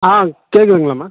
ஆங் கேட்குதுங்களாம்மா